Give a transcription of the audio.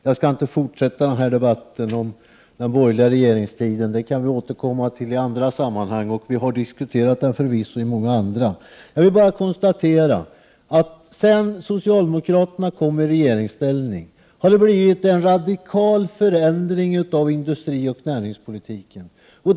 Jag skall inte fortsätta debatten om den borgerliga regeringstiden, Per-Ola Eriksson. Den debatten kan vi återkomma till i andra sammanhang, och vi har förvisso diskuterat den frågan i många sammanhang. Jag vill bara konstatera att sedan socialdemokraterna kom i regeringsställning har det skett en radikal förändring av industrioch näringspolitiken.